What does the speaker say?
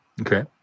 Okay